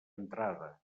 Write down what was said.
entrada